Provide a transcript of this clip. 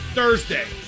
Thursday